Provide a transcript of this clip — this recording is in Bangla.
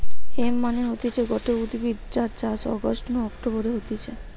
হেম্প মানে হতিছে গটে উদ্ভিদ যার চাষ অগাস্ট নু অক্টোবরে হতিছে